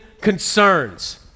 concerns